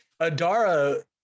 Adara